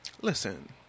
Listen